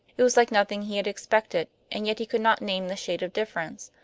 it was like nothing he had expected, and yet he could not name the shade of difference.